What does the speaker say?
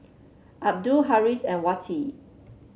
Abdul Harris and Wati